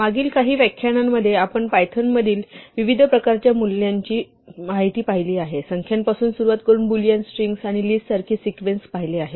मागील काही व्याख्यानांमध्ये आपण पायथन मधील विविध प्रकारांची मूल्ये पाहिली आहेत संख्यांपासून सुरुवात करून बुलियन्स स्ट्रिंग्स आणि लिस्ट्स सारखे सिक्वेन्स पाहिले आहेत